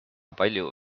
palju